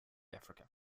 africa